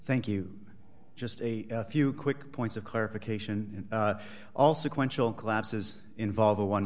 thank you just a few quick points of clarification all sequential collapses involve a one